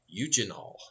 eugenol